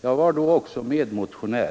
Jag var då också medmotionär.